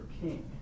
king